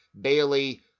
Bailey